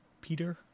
peter